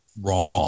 wrong